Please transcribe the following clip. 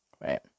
right